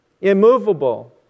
immovable